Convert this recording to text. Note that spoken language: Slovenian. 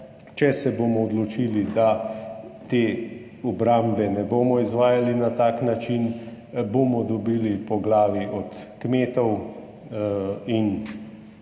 Če se bomo odločili, da te obrambe ne bomo izvajali na tak način, jih bomo dobili po glavi od kmetov in